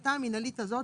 בהחלטה המינהלית הזו,